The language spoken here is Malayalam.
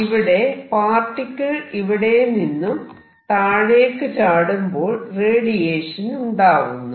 ഇവിടെ പാർട്ടിക്കിൾ ഇവിടെനിന്നും താഴേക്ക് ചാടുമ്പോൾ റേഡിയേഷൻ ഉണ്ടാവുന്നു